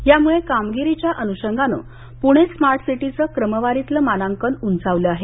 यामूळे कामगिरीच्या अनूषंगानं पूणे स्मार्ट सिटीचं क्रमवारीतलं मानांकन उंचावलं आहे